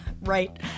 Right